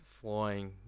flying